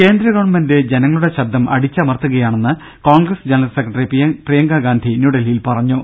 കേന്ദ്ര ഗവൺമെന്റ് ജനങ്ങളുടെ ശബ്ദം അടിച്ചമർത്തുകയാണെന്ന് കോൺഗ്രസ് ജനറൽ സെക്രട്ടറി പ്രിയങ്കാ ഗാന്ധി ന്യൂഡൽഹിയിൽ പറഞ്ഞു